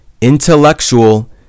intellectual